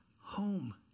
home